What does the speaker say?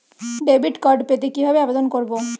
Debit card পেতে কি ভাবে আবেদন করব?